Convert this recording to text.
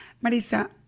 Marisa